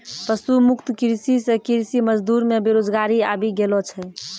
पशु मुक्त कृषि से कृषि मजदूर मे बेरोजगारी आबि गेलो छै